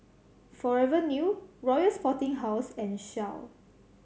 Forever New Royal Sporting House and Shell